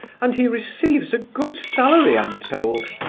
and he receives a good salary, i'm told.